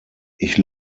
ich